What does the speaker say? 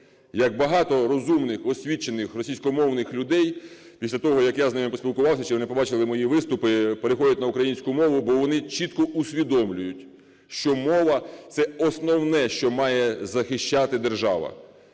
Як багато розумних, освічених російськомовних людей після того, як я з ними поспілкувався чи вони побачили мої виступи, переходять на українську мову. Бо вони чітко усвідомлюють, що мова – це основне, що має захищати держава